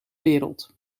wereld